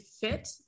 fit